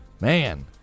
Man